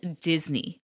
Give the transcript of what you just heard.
Disney